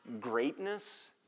greatness